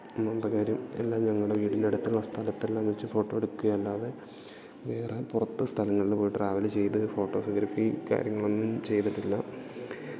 ഒന്നാമത്തേ കാര്യം എല്ലാം ഞങ്ങളുടെ വീടിനടുത്തുള്ള സ്ഥലത്തെല്ലാം വെച്ച് ഫോട്ടോ എടുക്കുകയല്ലാതെ വേറെ പുറത്ത് സ്ഥലങ്ങൾ പോയിട്ട് ട്രാവല് ചെയ്ത് ഫോട്ടോഗ്രാഫി കാര്യങ്ങളൊന്നും ചെയ്തിട്ടില്ല